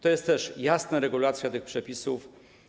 Tu jest też jasna regulacja w tych przepisach.